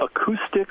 acoustic